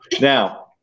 Now